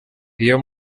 iyo